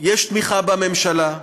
יש תמיכה בממשלה.